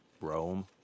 Rome